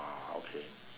ah okay